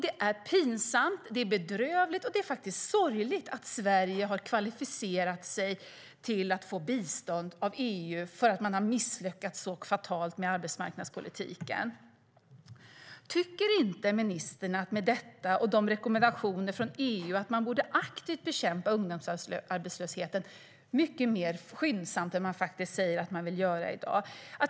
Det är pinsamt, bedrövligt och sorgligt att Sverige har kvalificerat sig till att få bistånd av EU för att man har misslyckats så fatalt med arbetsmarknadspolitiken. Tycker inte ministern att man med tanke på detta och rekommendationerna från EU borde bekämpa ungdomsarbetslösheten aktivt och mycket mer skyndsamt än man säger att man vill göra i dag?